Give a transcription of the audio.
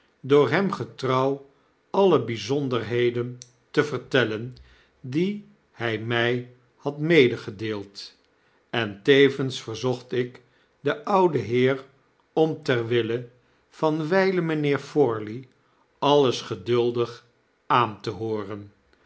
door hem getrouw alle bijzonderheden te vertellen die hj my had raedegedeeld en tevens verzocht ik den ouden heer om ter wille van wylen mijnheer forley alles geduldig aan te hooren